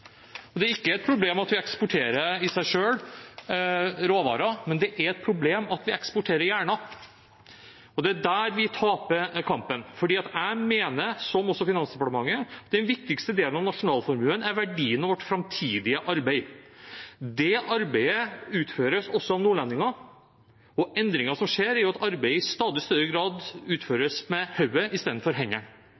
ikke et problem at vi eksporterer i seg selv, f.eks. råvarer, men det er et problem at vi eksporterer hjerner. Det er der vi taper kampen, for jeg mener, som også Finansdepartementet, at den viktigste delen av nasjonalformuen er verdien av vårt framtidige arbeid. Det arbeidet utføres også av nordlendinger, og endringen som skjer, er at arbeid i stadig større grad